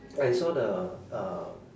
I saw the uh